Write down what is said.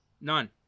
None